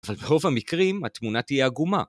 אבל ברוב המקרים התמונה תהיה עגומה.